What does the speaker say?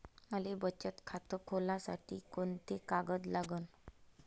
मले बचत खातं खोलासाठी कोंते कागद लागन?